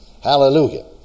Hallelujah